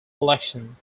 election